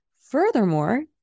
Furthermore